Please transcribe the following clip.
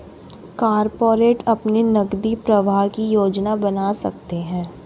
corporate अपने नकदी प्रवाह की योजना बना सकते हैं